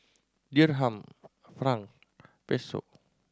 Dirham Franc Peso